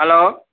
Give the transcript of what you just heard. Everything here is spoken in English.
hello